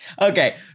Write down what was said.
Okay